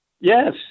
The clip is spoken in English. yes